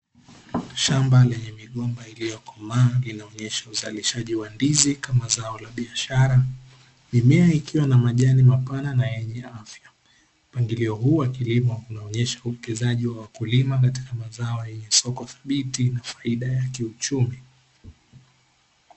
Shamba lenye migomba iliyokomaa inaonesha uzalishaji wa ndizi kama zao la biashara, mimea ikiwa na majani mapana na yenye afya, mpangilio huu wa kilimo unaonesha uwekezaji wa wakulima katika mazao yenye soko thabiti na faida ya kiuchumi.